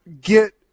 get